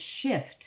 shift